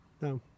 No